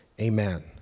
amen